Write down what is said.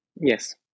Yes